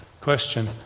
Question